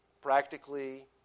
practically